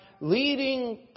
Leading